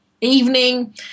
evening